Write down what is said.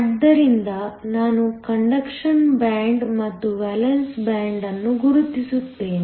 ಆದ್ದರಿಂದ ನಾನು conduction band ಮತ್ತು ವೇಲೆನ್ಸ್ ಬ್ಯಾಂಡ್ ಅನ್ನು ಗುರುತಿಸುತ್ತೇನೆ